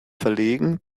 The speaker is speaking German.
verlegen